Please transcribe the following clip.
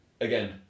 again